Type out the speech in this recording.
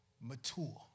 Mature